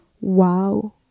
wow